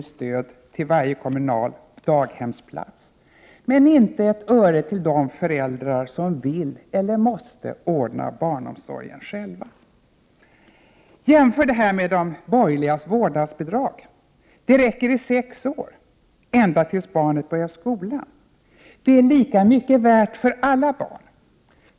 i stöd till varje kommunal daghemsplats, men inte ett öre till de föräldrar som vill eller måste ordna barnomsorgen själva. Jämför detta med de borgerligas vårdnadsbidrag. Det räcker i sex år, ända tills barnet börjar skolan. Det är lika mycket värt för alla barn.